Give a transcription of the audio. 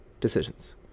decisions